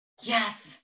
Yes